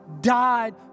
died